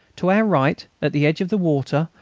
to our right, at the edge of the water,